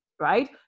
right